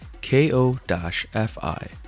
K-O-F-I